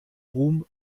ruhm